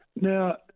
Now